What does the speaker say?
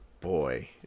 Boy